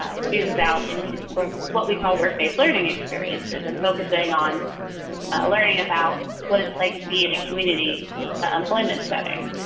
ah students out into what we call work based learning experiences and focusing on learning about what it's like to be at a community unemployment setting.